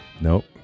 Nope